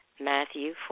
Matthew